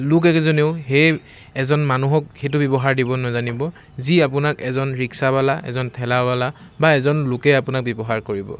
লোক এজনেও সেই এজন মানুহক সেইটো ব্যৱহাৰ দিব নেজানিব যি আপোনাক এজন ৰিক্সাৱালা এজন ঠেলাৱালা বা এজন লোকে আপোনাক ব্যৱহাৰ কৰিব